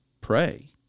pray